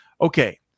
Okay